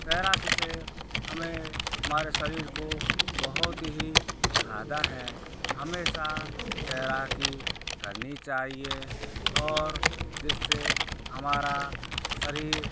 तैराकी से हमें हमारे शरीर को बहुत ही फायदा है हमेशा तैराकी करनी चाहिए और जिससे हमारा शरीर